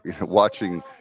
watching